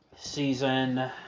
Season